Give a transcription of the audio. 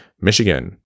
Michigan